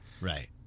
Right